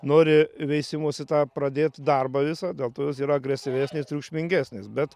nori veisimosi tą pradėt darbą visą dėl to jos yra agresyvesnės triukšmingesnės bet